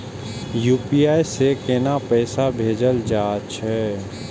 UPI से केना पैसा भेजल जा छे?